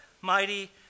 mighty